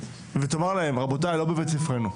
ותאמר להם רבותיי, לא בבית ספרנו.